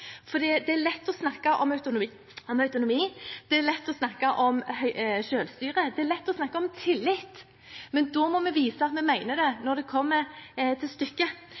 Det er lett å snakke om autonomi, det er lett å snakke om selvstyre, det er lett å snakke om tillit. Men da må vi vise at vi mener det når det kommer til stykket.